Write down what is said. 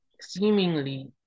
seemingly